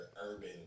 urban